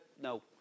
No